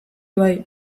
bai